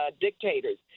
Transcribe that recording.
dictators